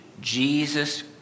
Jesus